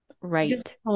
right